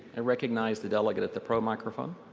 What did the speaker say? i recognize the delegate at the pro microphone.